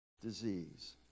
disease